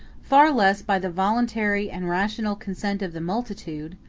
far less by the voluntary and rational consent of the multitude,